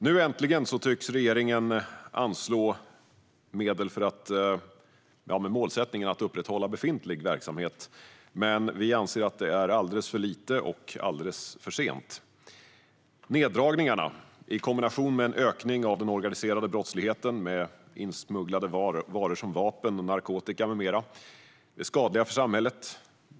Nu äntligen tycks regeringen anslå medel med målsättningen att upprätthålla befintlig verksamhet, men vi anser att det är alldeles för lite och alldeles för sent. Neddragningarna i kombination med en ökning av den organiserade brottsligheten med insmugglade varor som vapen, narkotika med mera är skadliga för samhället.